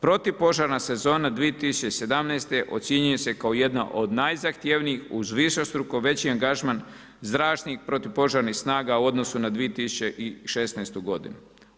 Protupožarna sezona 2017. ocjenjuje se kao jedna od najzahtjevnijih uz višestruko veći angažman zračnih, protupožarnih snaga u odnosu na 2016. godinu.